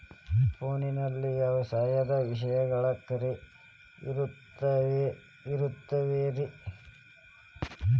ಫೋನಲ್ಲಿ ವ್ಯವಸಾಯದ ವಿಷಯಗಳು ಖರೇ ಇರತಾವ್ ರೇ?